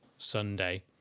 Sunday